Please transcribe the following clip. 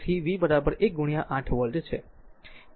તેથી તે એક 8 તેથી v 1 8 8 વોલ્ટ છે